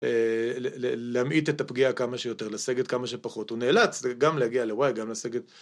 להמעיט את הפגיעה כמה שיותר, לסגת כמה שפחות, הוא נאלץ, גם להגיע לוואי, גם לסגת.